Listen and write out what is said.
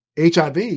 HIV